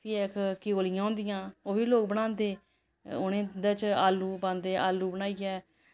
फ्ही इक क्यूलियां होंदियां ओह् बी लोग बनांदे उ'नें उं'दे च आलू पांदे आलू बनाइयै